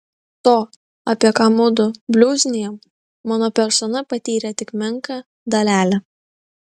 to apie ką mudu bliuznijam mano persona patyrė tik menką dalelę